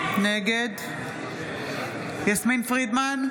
נגד יסמין פרידמן,